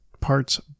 parts